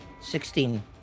sixteen